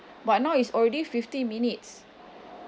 but now is already fifty minutes